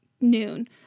noon